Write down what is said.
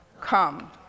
come